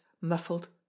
muffled